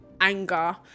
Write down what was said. anger